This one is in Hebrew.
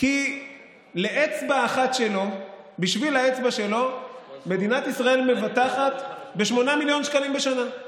כי בשביל אצבע אחת שלו מדינת ישראל מבטחת ב-8 מיליון שקלים בשנה.